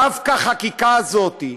דווקא החקיקה הזאת,